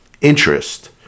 interest